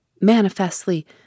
manifestly